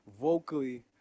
vocally